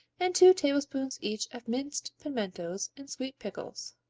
and two tablespoons each of minced pimientos and sweet pickles.